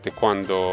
quando